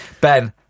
ben